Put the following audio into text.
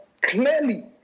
clearly